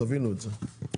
תבינו את זה.